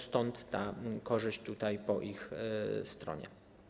Stąd ta korzyść tutaj po ich stronie.